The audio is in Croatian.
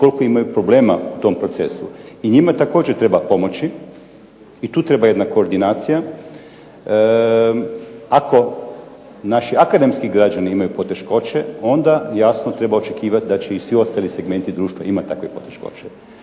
koliko imaju problema u tom procesu. I njima također treba pomoći, i tu treba jedna koordinacija. Ako naši akademski građani imaju poteškoće, onda jasno treba očekivati da će i svi ostali segmenti društva imati takve poteškoće,